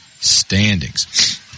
standings